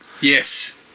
Yes